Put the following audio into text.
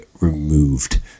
removed